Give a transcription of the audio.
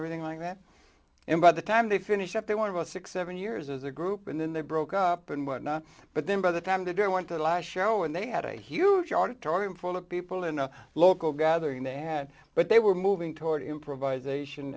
everything like that and by the time they finish up there were about sixty seven years as a group and then they broke up and what not but then by the time they didn't want that last show and they had a huge auditorium full of people in a local gathering they had but they were moving toward improvise a